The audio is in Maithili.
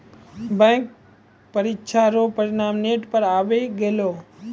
बैंक परीक्षा रो परिणाम नेट पर आवी गेलै